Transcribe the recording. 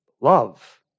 Love